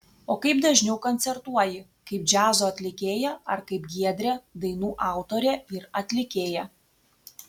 o kaip dažniau koncertuoji kaip džiazo atlikėja ar kaip giedrė dainų autorė ir atlikėja